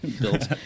built